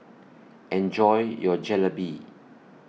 Enjoy your Jalebi